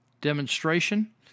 demonstration